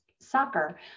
soccer